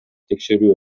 текшерүү